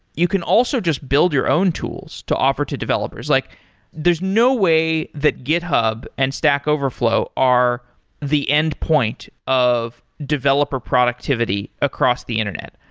you can also just build your own tools to offer to developers. like there's no way that github and stack overflow are the endpoint of developer productivity across the internet.